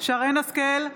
שרן מרים השכל,